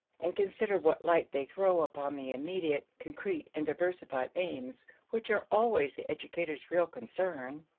and consider what light they throw upon the immediate concrete and diversified aims which are always the educator's real concern.